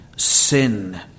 Sin